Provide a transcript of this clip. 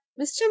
Mr